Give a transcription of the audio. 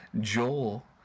Joel